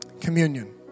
Communion